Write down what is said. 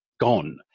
gone